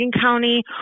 County